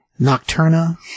Nocturna